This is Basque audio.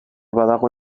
badago